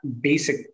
basic